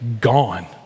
gone